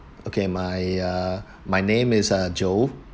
okay my uh my name is joe